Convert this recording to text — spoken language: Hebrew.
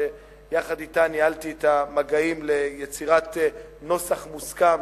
שיחד אתה ניהלתי את המגעים ליצירת נוסח מוסכם